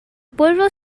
pueblo